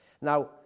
Now